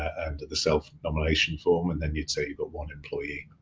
and the self-nomination form, and then you'd say you've got one employee.